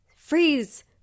Freeze